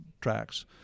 tracks